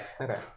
okay